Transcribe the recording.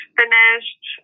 finished